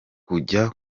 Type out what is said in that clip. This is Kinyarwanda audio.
kujya